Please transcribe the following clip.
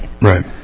right